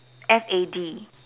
f_a_d